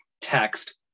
text